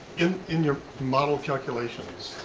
in in your model calculations